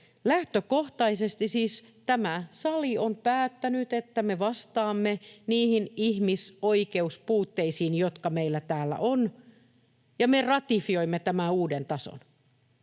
Lähtökohtaisesti siis tämä sali on päättänyt, että me vastaamme niihin ihmisoikeuspuutteisiin, jotka meillä täällä on, ja me ratifioimme tämän uuden tason.